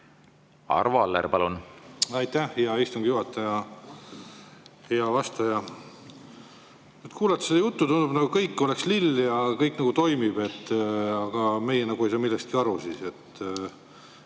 Arvo Aller, palun! Aitäh, hea istungi juhataja! Hea vastaja! Kuulates seda juttu tundub, nagu kõik oleks lill ja kõik nagu toimiks, aga meie nagu ei saa millestki aru.